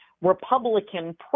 Republican